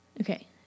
Okay